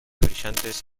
brillantes